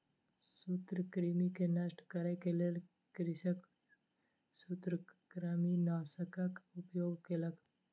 सूत्रकृमि के नष्ट करै के लेल कृषक सूत्रकृमिनाशकक उपयोग केलक